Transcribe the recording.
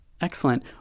Excellent